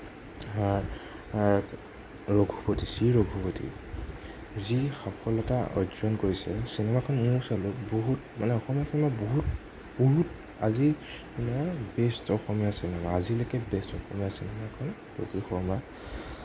ৰঘুপতি শ্ৰী ৰঘুপতি যি সফলতা অৰ্জন কৰিছে চিনেমাখন মইও চালোঁ বহুত মানে অসমীয়া চিনেমা বহুত বহুত আজি মানে বেষ্ট অসমীয়া চিনেমা আজিলৈকে বেষ্ট অসমীয়া চিনেমাখন ৰবি শৰ্মাৰ